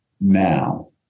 now